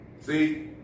See